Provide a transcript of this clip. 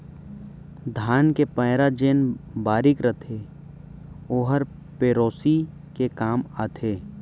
धान के पैरा जेन बारीक रथे ओहर पेरौसी के काम आथे